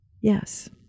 Yes